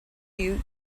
you